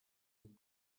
den